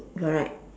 correct